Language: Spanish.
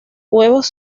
huevos